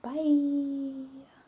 Bye